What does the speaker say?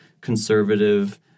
conservative